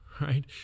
right